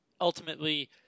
ultimately